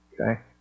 Okay